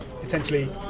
potentially